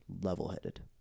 level-headed